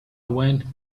went